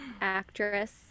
actress